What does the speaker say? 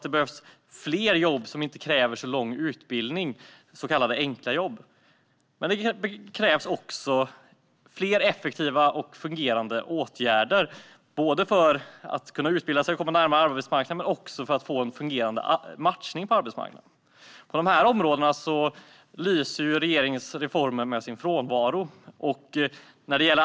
Det behövs fler jobb som inte kräver så lång utbildning, så kallade enkla jobb. Men det krävs också fler effektiva och fungerande åtgärder för att kunna utbilda sig och komma närmare arbetsmarknaden och också för att få en fungerande matchning. På dessa områden lyser regeringens reformer med sin frånvaro.